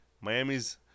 Miami's